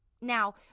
now